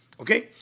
okay